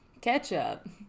ketchup